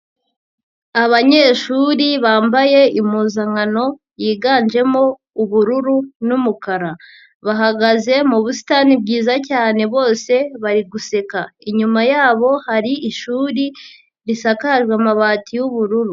Abanyeshuri bambaye impuzankano yiganjemo ubururu n'umukara. Bahagaze mu busitani bwiza cyane bose bari guseka. Inyuma yabo hari ishuri risakajwe amabati y'ubururu.